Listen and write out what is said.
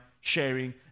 sharing